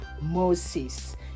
Moses